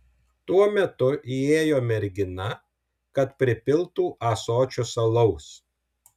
tuo metu įėjo mergina kad pripiltų ąsočius alaus